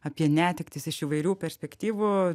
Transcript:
apie netektis iš įvairių perspektyvų